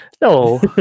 No